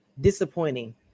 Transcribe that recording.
Disappointing